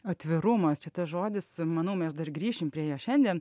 atvirumas čia tas žodis manau mes dar grįšim prie jo šiandien